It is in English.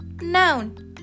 Noun